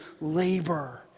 labor